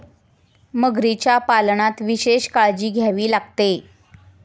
मगरीच्या पालनात विशेष काळजी घ्यावी लागते